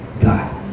God